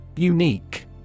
Unique